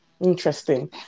interesting